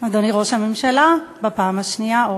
אדוני ראש הממשלה, בפעם השנייה.